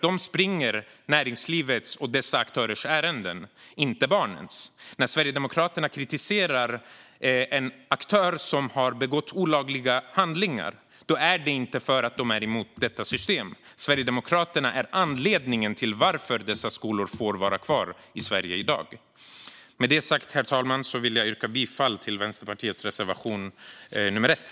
De springer näringslivets och dessa aktörers ärenden - inte barnens. När Sverigedemokraterna kritiserar en aktör som har begått olagliga handlingar är det inte för att de är emot detta system. Sverigedemokraterna är anledningen till att dessa skolor får vara kvar i Sverige i dag. Med detta sagt, herr ålderspresident, vill jag yrka bifall till Vänsterpartiets reservation 1.